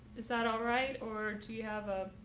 is that all right or do you have a?